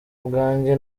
bwanjye